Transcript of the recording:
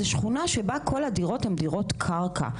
זו שכונה שבה כל הדירות הן דירות קרקע,